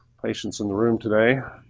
patients in the room today.